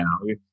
now